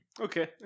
okay